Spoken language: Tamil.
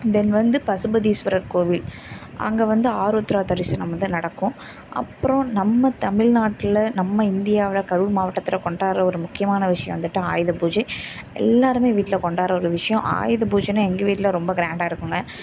தென் வந்து பசுபதீஸ்வரர் கோவில் அங்கே வந்து ஆருத்ரா தரிசனம் வந்து நடக்கும் அப்புறோம் நம்ம தமிழ்நாட்டில் நம்ம இந்தியாவில் கரூர் மாவட்டத்தில் கொண்டாடுற ஒரு முக்கியமான விஷயம் வந்துட்டு ஆயுத பூஜை எல்லோருமே வீட்டில் கொண்டாடுற ஒரு விஷயம் ஆயுத பூஜைனா எங்கள் வீட்டில் ரொம்ப க்ராண்டாக இருக்குதுங்க